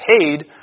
paid